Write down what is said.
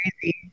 crazy